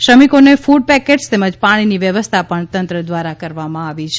શ્રમિકોને food packets તેમજ પાણીની વ્યવસ્થા પણ તંત્ર દ્વારા કરવામાં આવી છે